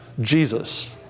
Jesus